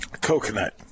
Coconut